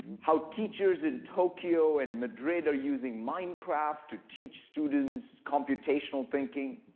how teachers in tokyo and madrid are using minecraft to teach students computational thinking.